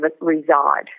reside